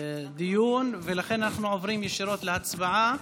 לדיון, ולכן אנחנו עוברים ישירות להצבעה.